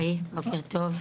היי, בוקר טוב.